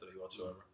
whatsoever